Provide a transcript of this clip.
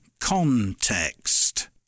context